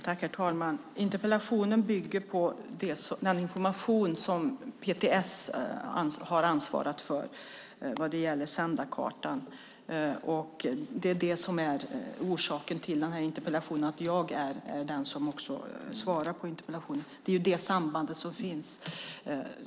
Herr talman! Interpellationen bygger på den information som PTS har ansvarat för vad gäller Sändarkartan. Det är det som är orsaken till den här interpellationen och att jag är den som också svarar på interpellationen. Det är det sambandet som finns.